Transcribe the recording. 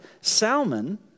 Salmon